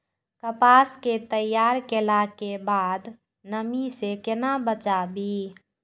कपास के तैयार कैला कै बाद नमी से केना बचाबी?